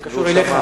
זה קשור אליך.